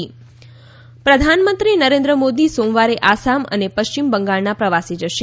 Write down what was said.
PM Assam પ્રધાનમંત્રી નરેન્દ્ર મોદી સોમવારે આસામ અને પશ્વિમ બંગાળના પ્રવાસે જશે